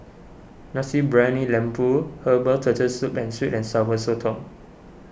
Nasi Briyani Lembu Herbal Turtle Soup and Sweet and Sour Sotong